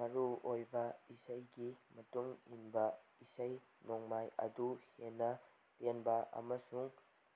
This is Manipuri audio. ꯃꯔꯨꯣꯏꯕ ꯏꯁꯩꯒꯤ ꯃꯇꯨꯡ ꯏꯟꯕ ꯏꯁꯩ ꯅꯣꯡꯃꯥꯏ ꯑꯗꯨ ꯍꯦꯟꯅ ꯇꯦꯟꯕ ꯑꯃꯁꯨꯡ